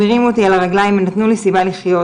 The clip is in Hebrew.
הם הרימו אותי על הרגליים, נתנו לי סיבה לחיות.